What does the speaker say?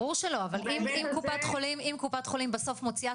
ברור שלא אבל אם קופת חולים בסוף מוציאה